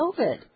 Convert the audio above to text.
COVID